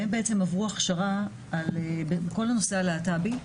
והם עברו הכשרה על כל הנושא הלהט"בי.